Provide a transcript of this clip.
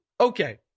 Okay